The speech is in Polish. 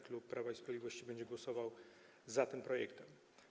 Klub Prawa i Sprawiedliwości będzie głosował za tym projektem.